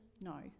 no